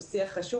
הוא שיח חשוב.